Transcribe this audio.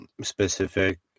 specific